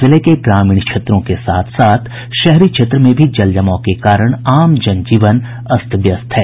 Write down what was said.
जिले के ग्रामीण क्षेत्रों के साथ साथ शहरी क्षेत्र में भी जलजमाव के कारण आम जनजीवन अस्त व्यस्त हो गया है